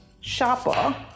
sharper